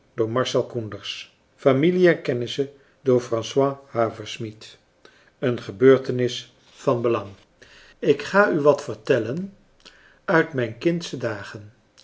familie en kennissen een gebeurtenis van belang ik ga u wat vertellen uit mijn kindsche dagen